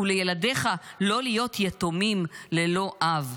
ולילדיך לא להיות יתומים ללא אב.